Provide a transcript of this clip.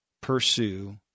pursue